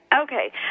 Okay